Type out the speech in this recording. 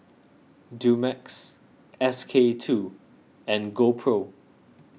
Dumex S K two and GoPro